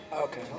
Okay